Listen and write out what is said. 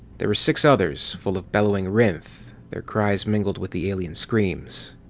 there were six others, full of bellowing rhynth their cries mingled with the alien screams.